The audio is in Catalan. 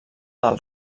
del